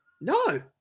No